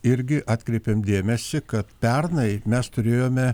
irgi atkreipėm dėmesį kad pernai mes turėjome